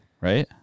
right